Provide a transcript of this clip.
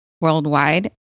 worldwide